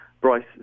bryce